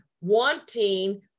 wanting